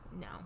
no